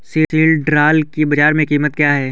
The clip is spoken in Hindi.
सिल्ड्राल की बाजार में कीमत क्या है?